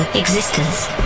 Existence